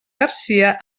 garcia